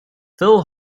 phil